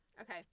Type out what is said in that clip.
Okay